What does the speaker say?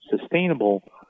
sustainable